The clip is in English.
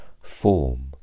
form